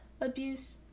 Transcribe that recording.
abuse